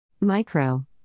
Micro